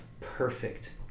perfect